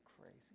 crazy